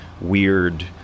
weird